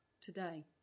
today